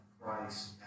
Christ